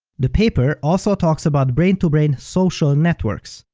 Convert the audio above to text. the paper also talks about brain-to-brain social networks,